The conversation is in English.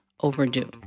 overdue